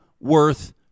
worth